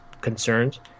concerns